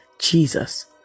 Jesus